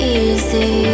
easy